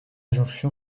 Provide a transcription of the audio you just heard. jonction